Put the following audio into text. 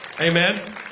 Amen